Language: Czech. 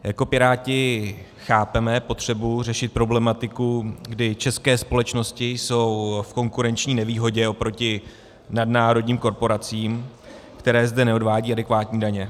Jako Piráti chápeme potřebu řešit problematiku, kdy české společnosti jsou v konkurenční nevýhodě oproti nadnárodním korporacím, které zde neodvádějí adekvátní daně.